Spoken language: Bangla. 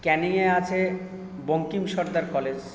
ক্যানিংয়ে আছে বঙ্কিম সর্দার কলেজ